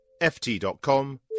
ft.com